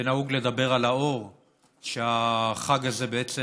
נהוג לדבר על האור שהחג הזה בעצם